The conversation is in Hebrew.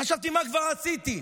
חשבתי, מה כבר עשיתי?